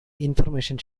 information